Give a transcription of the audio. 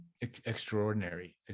extraordinary